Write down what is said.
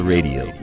Radio